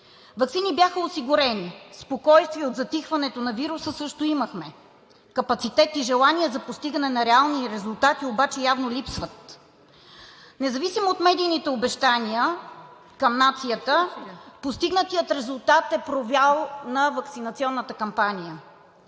Ваксини бяха осигурени, спокойствие от затихването на вируса също имахме, капацитет и желание за постигане на реални резултати обаче явно липсват. Независимо от медийните обещания към нацията, постигнатият резултат е провал на ваксинационната кампания.